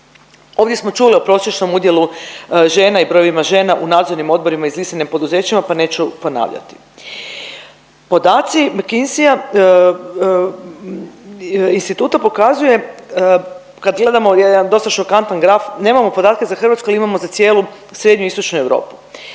Ovdje smo čuli o prosječnom udjelu žena i brojevima žena u nadzornim odborima …/Govornik se ne razumije./…poduzeća, pa neću ponavljati. Podaci Mekinsija instituta pokazuje kad gledamo jedan dosta šokantan graf, nemamo podatke za Hrvatsku, ali imamo za cijelu Srednju i Istočnu Europu.